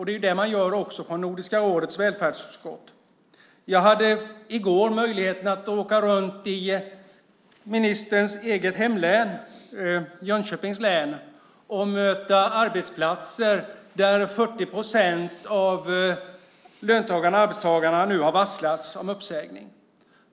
Det är det som man också gör från Nordiska rådets välfärdsutskott. Jag hade i går möjligheten att åka runt i ministerns eget hemlän, Jönköpings län, och se arbetsplatser där 40 procent av löntagarna och arbetstagarna nu har varslats om uppsägning.